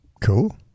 Cool